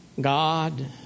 God